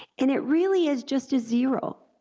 and it really is just a zero.